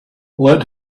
let